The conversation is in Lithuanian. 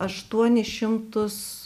aštuonis šimtus